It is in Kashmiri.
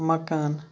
مکان